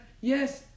yes